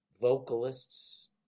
vocalists